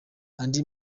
andi